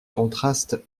contraste